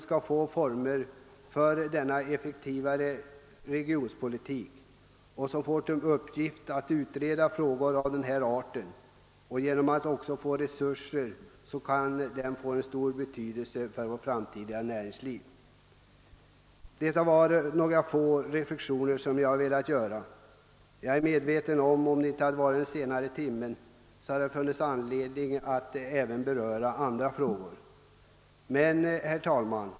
Om resurser ges för en effektiv regionpolitik kan den få stor betydelse för vårt framtida näringsliv. Om inte timmen hade varit så sen hade jag velat beröra även andra frågor.